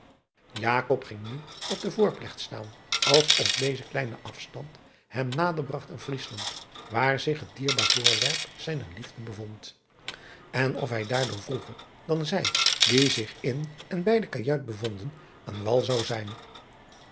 ging nu op de voorplecht staan als of deze kleine afstand hem nader bragt aan riesland waar zich het dierbaar voorwerp zijner driaan oosjes zn et leven van illegonda uisman liefde bevond en of hij daardoor vroeger dan zij die zich in en bij de kajuit bevonden aan wal zou zijn